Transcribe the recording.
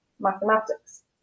mathematics